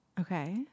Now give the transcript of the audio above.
Okay